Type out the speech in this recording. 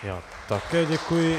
Já také děkuji.